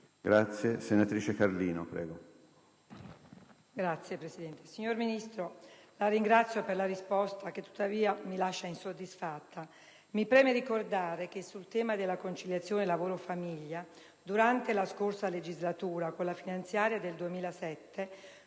Ne ha facoltà. CARLINO *(IdV)*. Signor Ministro, la ringrazio per la risposta, che tuttavia mi lascia insoddisfatta. Mi preme ricordare che sul tema della conciliazione lavoro-famiglia, durante la scorsa legislatura, con la finanziaria del 2007,